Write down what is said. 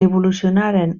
evolucionaren